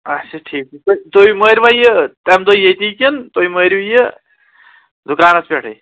اچھا ٹھیٖک یِتھٕ پٲٹھۍ تُہۍ مٲروا یہِ تَمہِ دۄہ ییٚتی کِنۍ تُہۍ مٲرِو یہِ دُکانَس پیٚٹھٕے